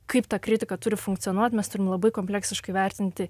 kaip ta kritika turi funkcionuoti mes turime labai kompleksiškai vertinti